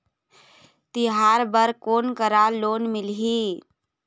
तिहार बर कोन करा लोन मिलही?